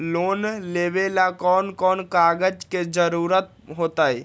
Loan लेवेला कौन कौन कागज के जरूरत होतई?